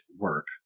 work